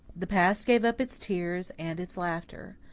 the past gave up its tears and its laughter.